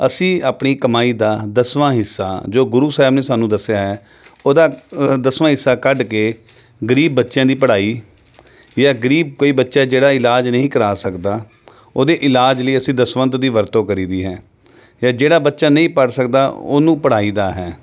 ਅਸੀਂ ਆਪਣੀ ਕਮਾਈ ਦਾ ਦਸਵਾਂ ਹਿੱਸਾ ਜੋ ਗੁਰੂ ਸਾਹਿਬ ਨੇ ਸਾਨੂੰ ਦੱਸਿਆ ਹੈ ਉਹਦਾ ਦਸਵਾਂ ਹਿੱਸਾ ਕੱਢ ਕੇ ਗਰੀਬ ਬੱਚਿਆਂ ਦੀ ਪੜ੍ਹਾਈ ਜਾਂ ਗਰੀਬ ਕੋਈ ਬੱਚਾ ਜਿਹੜਾ ਇਲਾਜ ਨਹੀਂ ਕਰਾ ਸਕਦਾ ਉਹਦੇ ਇਲਾਜ ਲਈ ਅਸੀਂ ਦਸਵੰਧ ਦੀ ਵਰਤੋਂ ਕਰੀ ਦੀ ਹੈ ਜਿਹੜਾ ਬੱਚਾ ਨਹੀਂ ਪੜ੍ਹ ਸਕਦਾ ਉਹਨੂੰ ਪੜ੍ਹਾਈ ਦਾ ਹੈ